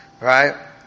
Right